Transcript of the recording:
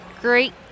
great